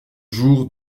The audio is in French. jour